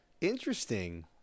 interesting